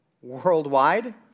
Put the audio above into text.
worldwide